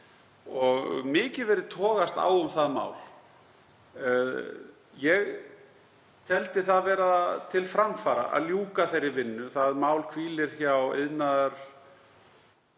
og mikið verið togast á um það mál. Ég teldi það vera til framfara að ljúka þeirri vinnu. Það mál hvílir hjá